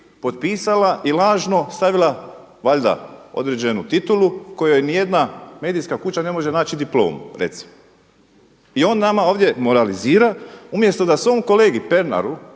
potpisala i lažno stavila valjda određenu titulu kojoj nijedna medijska kuća ne može naći diplomu, recimo. I on nama ovdje moralizira umjesto da svom kolegi Pernaru